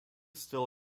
still